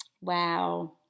Wow